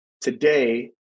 Today